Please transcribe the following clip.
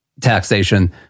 taxation